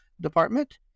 Department